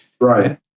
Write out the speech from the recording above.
Right